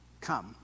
come